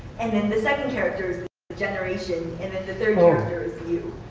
and then the second character is the generation, and then the third character is you.